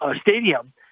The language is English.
stadium